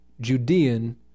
Judean